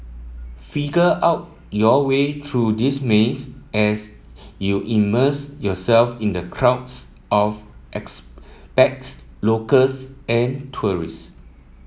figure out your way true this maze as you immerse yourself in the crowds of expats locals and tourists